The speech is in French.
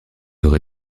aurez